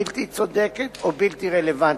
בלתי צודקת או בלתי רלוונטית.